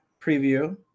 preview